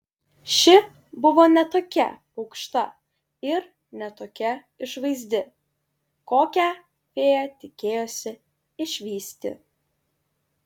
ši buvo ne tokia aukšta ir ne tokia išvaizdi kokią fėja tikėjosi išvysti